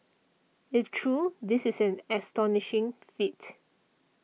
if true this is an astonishing feat